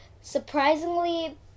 surprisingly